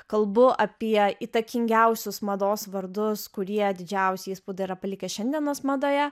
kalbu apie įtakingiausius mados vardus kurie didžiausią įspūdį yra palikę šiandienos madoje